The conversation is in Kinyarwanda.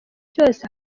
cyose